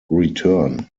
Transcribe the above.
return